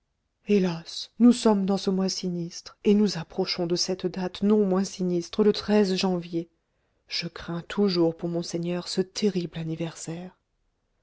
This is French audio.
hélas nous sommes dans ce mois sinistre et nous approchons de cette date non moins sinistre le janvier je crains toujours pour monseigneur ce terrible anniversaire